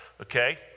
okay